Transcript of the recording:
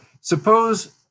Suppose